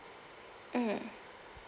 mm